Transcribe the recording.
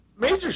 Major